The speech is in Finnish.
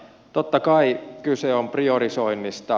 totta kai kyse on priorisoinnista